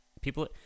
People